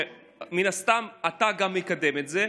ומן הסתם אתה גם מקדם את זה,